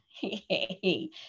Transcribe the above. hey